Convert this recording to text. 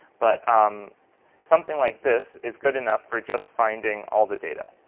but um something like this is good enough for just finding all the data.